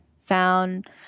found